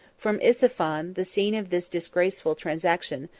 from ispahan, the scene of this disgraceful transaction,